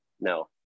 no